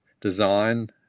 design